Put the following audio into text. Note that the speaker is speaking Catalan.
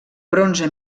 bronze